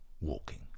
walking